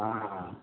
हँ हँ